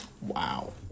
Wow